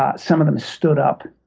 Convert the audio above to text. ah some of them stood up,